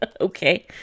okay